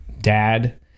dad